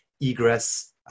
egress